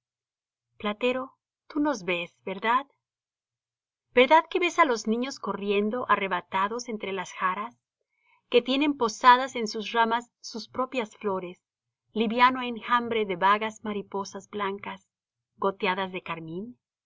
platero tú nos ves verdad verdad que ves á los niños corriendo arrebatados entre las jaras que tienen posadas en sus ramas sus propias flores liviano enjambre de vagas mariposas blancas goteadas de carmín